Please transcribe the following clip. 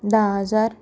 धा हजार